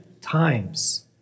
times